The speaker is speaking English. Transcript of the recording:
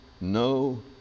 no